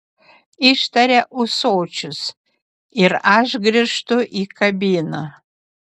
ištaria ūsočius ir aš grįžtu į kabiną